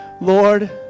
Lord